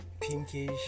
pinkish